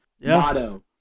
motto